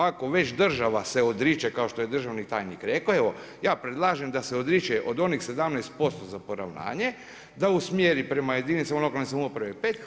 Ako već država se odriče kao što je državni tajnik rekao, evo ja predlažem da se odriče od onih 17% za poravnanje, da usmjeri prema jedinicama lokalne samouprave 5%